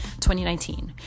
2019